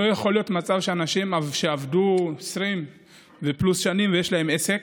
לא יכול להיות מצב שאנשים שעבדו 20 פלוס שנים ויש להם עסק,